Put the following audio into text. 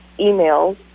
emails